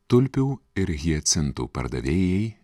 tulpių ir hiacintų pardavėjai